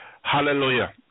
Hallelujah